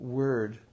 word